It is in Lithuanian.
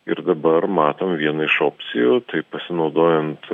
ir dabar matom vieną iš opcijų tai pasinaudojant